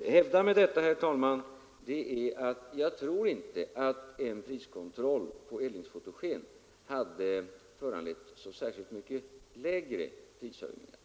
hävda med dessa siffror, herr talman, är att jag inte tror att en priskontroll på eldningsfotogen hade föranlett så särskilt mycket lägre prishöjningar.